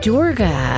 Durga